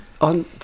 on